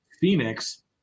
Phoenix